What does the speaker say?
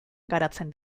garatzen